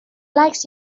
likes